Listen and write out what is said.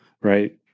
right